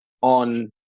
on